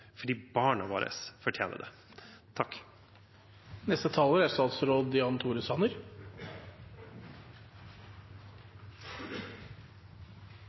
fordi barna våre fortjener det.